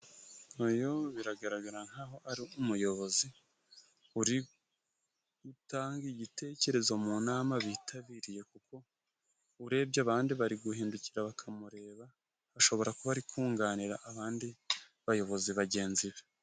Uyo biragaragara nk'aho ari umuyobozi, uri gutanga igitekerezo mu nama bitabiriye, kuko urebye abandi bari guhindukira bakamureba, ashobora kuba ari kunganira abandi bayobozi bagenzi be.